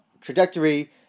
trajectory